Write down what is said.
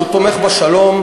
ציפיתי לשמוע שהוא תומך בשלום.